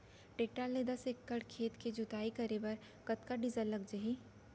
Tractor ले दस एकड़ खेत के जुताई करे बर कतका डीजल लग जाही?